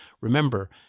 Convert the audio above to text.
remember